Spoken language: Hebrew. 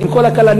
עם כל הכלניות,